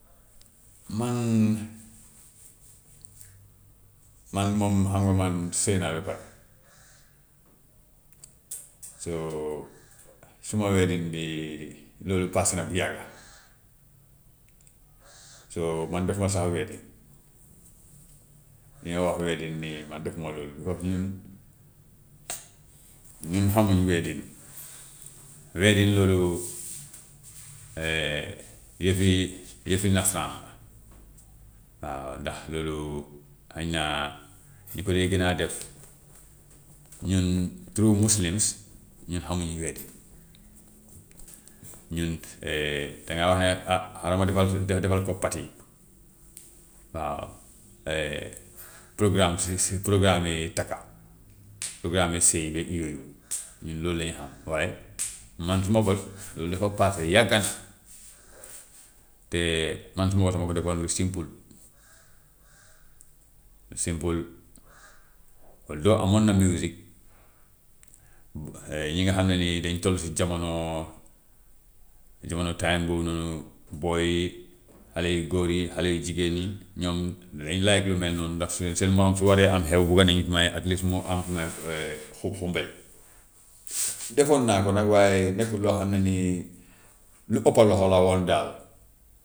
Man man moom xam nga man sëy naa ba pare. so suma wedding bi loolu paase na bu yàgga. so man defuma sax wedding, li ñoo wax wedding nii man defuma loolu, because ñun ñun xamuñu wedding. Wedding loolu yëfi yëfi nasaraan la, waaw ndax loolu xëy na ñi ko dee gën a def ñun true muslims ñun xamuñu wedding, ñun dangaa wax ne ah xaaral ma defal ko de- defal ko party waaw, programme si si programme i takka programme mu sëyi beeg yooyu ñun loolu lañu xam, waaye man suma bos loolu dafa paase yàgg na te man sama bos dama ko defoon lu simple; lu simple also amoon na music bu yi nga xam ne nii dañu toll si jamono, jamono time boobu noonu, boy yi xale yu góor yi, xale yu jigéen ñi, ñoom danañ laaj lu mel noonu ndax su seen morom su waree am xew bu mu am fu may xu- xumbel. Defoon naa ko nag waaye nekkul loo xam ne nii lu ëppa loxo la woon daal.